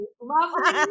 lovely